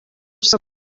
ubusa